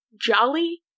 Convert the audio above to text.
jolly